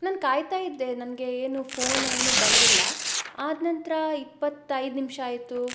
ನಾನು ಕಾಯ್ತಾ ಇದ್ದೆ ನನಗೆ ಏನು ಫೋನ ಏನು ಬಂದಿಲ್ಲ ಆದ ನಂತರ ಇಪ್ಪತ್ತೈದು ನಿಮಿಷ ಆಯಿತು